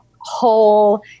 whole